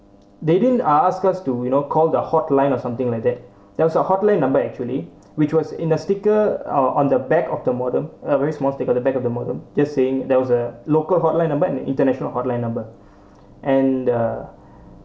they didn't ask us to you know call the hotline or something like that there was a hotline number actually which was in the sticker or on the back of the modm a very small sticker on the back of the modem just saying there was a local hotline number and international hotline number and the